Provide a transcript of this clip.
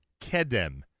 Kedem